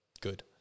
Good